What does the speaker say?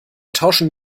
tauschen